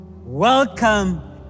Welcome